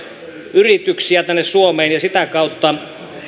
yrityksiä tänne suomeen ja sitä kautta